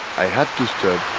i had to